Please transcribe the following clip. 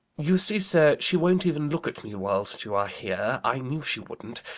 you see, sir, she won't even look at me whilst you are here. i knew she wouldn't!